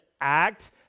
act